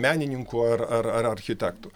menininkų ar ar architektų